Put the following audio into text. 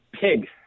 pig